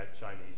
Chinese